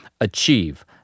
achieve